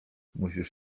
musisz